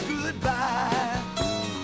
goodbye